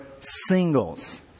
singles